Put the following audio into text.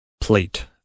Plate